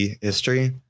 history